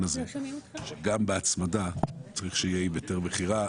הזה גם ההצמדה צריך שתהיה עם היתר מכירה.